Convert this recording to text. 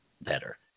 better